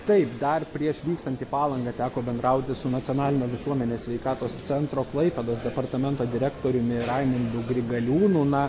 taip dar prieš vykstant į palangą teko bendrauti su nacionalinio visuomenės sveikatos centro klaipėdos departamento direktoriumi raimundu grigaliūnu na